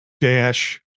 dash